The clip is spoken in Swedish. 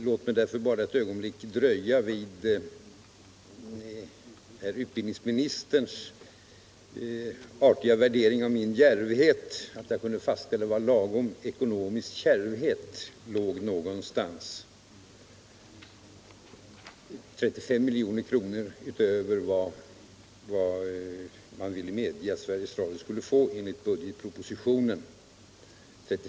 Låt mig bara därför ett ögonblick dröja vid herr utbildningsministerns artiga värdering av min djärvhet att jag tordes fastställa var lagom ekonomisk kärvhet låg någonstans — 35 milj.kr. utöver vad man ville medge att Sveriges Radio skulle få enligt budgetpropositionen.